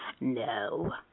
No